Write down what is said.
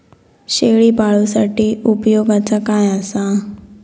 शेळीपाळूसाठी उपयोगाचा काय असा?